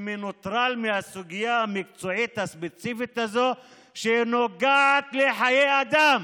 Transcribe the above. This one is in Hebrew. שמנוטרל מהסוגיה המקצועית הספציפית הזאת שנוגעת לחיי אדם?